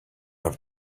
have